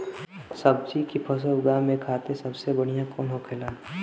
सब्जी की फसल उगा में खाते सबसे बढ़ियां कौन होखेला?